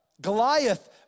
Goliath